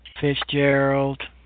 Fitzgerald